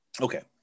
Okay